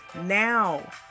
Now